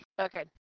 Okay